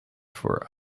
for